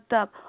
up